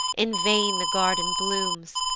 in vain the garden blooms,